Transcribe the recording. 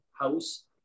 house